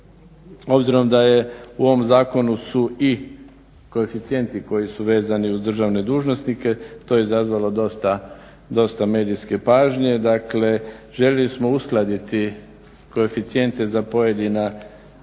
obzirom da u ovom zakonu su i koeficijenti koji su vezani uz državne dužnosnike, to je izazvalo dosta medijske pažnje, dakle željeli smo uskladiti koeficijente za pojedine ravnatelje